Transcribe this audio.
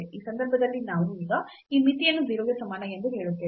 ಈ ಸಂದರ್ಭದಲ್ಲಿ ನಾವು ಈಗ ಈ ಮಿತಿಯನ್ನು 0 ಗೆ ಸಮಾನ ಎಂದು ಹೇಳುತ್ತೇವೆ